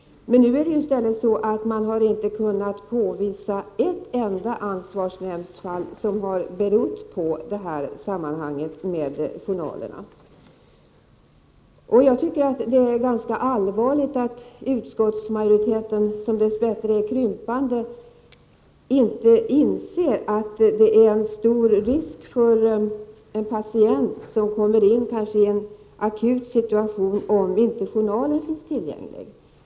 Men nu är det i stället så att det inte har kunnat påvisas ett enda ansvarsnämndsfall som har berott på sammanhanget med journalerna. Jag tycker det är ganska allvarligt att utskottsmajoriteten — som dess bättre är krympande -— inte inser att det är en stor risk för en patient som kanske kommer in i en akut situation om inte journalen finns tillgänglig.